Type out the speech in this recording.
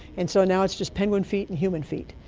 and so now it's just penguin feet and human feet.